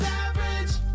average